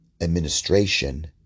administration